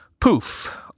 poof